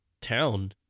town